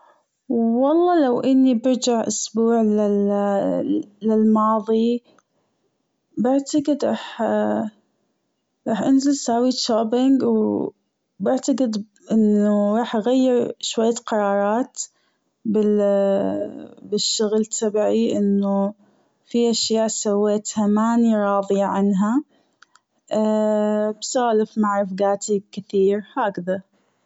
والله لو إني برجع أسبوع للماضي بعتجد راح- راح أنزل سوي shopping وبعتجد أنه راح أغير شوية قرارات بال- بالشغل تبعي إنه في أشياء سويتها ما اني راضية عنها بسولف مع رجالتي كتير هكذا.